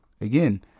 Again